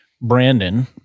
Brandon